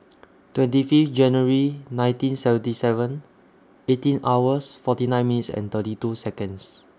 twenty Fifth January nineteen seventy seven eighteen hours forty nine minutes and thirty two Seconds